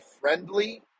friendly